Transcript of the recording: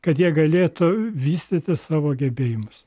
kad jie galėtų vystyti savo gebėjimus